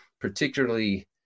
particularly